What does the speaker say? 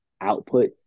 output